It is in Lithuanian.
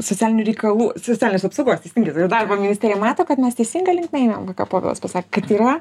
socialinių reikalų socialinės apsaugos teisingai ir darbo ministerija mato kad mes teisinga linkme einam ką povilas pasakė kad yra